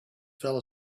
fell